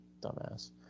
Dumbass